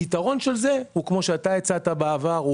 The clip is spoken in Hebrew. הפתרון הוא אחד, כפי שאתה הצעת בעבר.